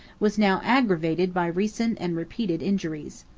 was now aggravated by recent and repeated injuries.